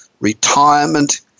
retirement